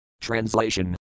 Translation